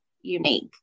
unique